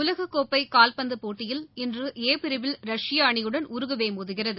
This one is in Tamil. உலககோப்பைகால்பந்தபோட்டியில் இன்று ஏ பிரிவில் ரஷ்ய அணியுடன் உருகுவேமோதுகிறது